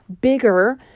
Bigger